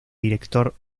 director